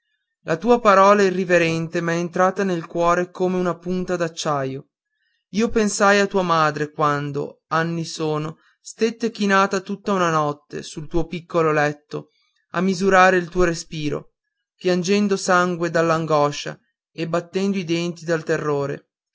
la tua parola irriverente m'è entrata nel cuore come una punta d'acciaio io pensai a tua madre quando anni sono stette chinata tutta una notte sul tuo piccolo letto a misurare il tuo respiro piangendo sangue dall'angoscia e battendo i denti dal terrore